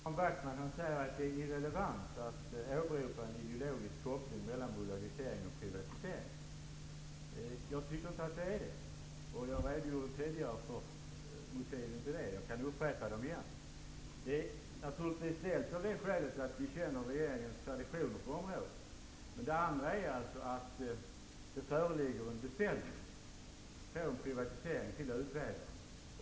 Fru talman! Jan Backman säger att det är irrelevant att åberopa en ideologisk koppling mellan bolagisering och privatisering. Jag tycker inte att det är så. Jag har tidigare redogjort för motiven till det, och jag kan redovisa dem igen. Ett av skälen är att vi känner regeringens traditioner på området. Ett annat är att det föreligger en beställning till utredningen om en privatisering.